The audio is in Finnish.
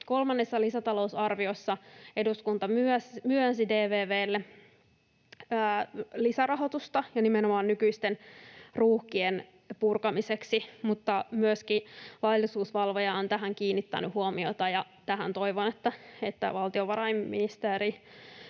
Kolmannessa lisätalousarviossa eduskunta myönsi DVV:lle lisärahoitusta ja nimenomaan nykyisten ruuhkien purkamiseksi, mutta myöskin laillisuusvalvoja on tähän kiinnittänyt huomiota, ja toivon, että valtiovarainministeriössä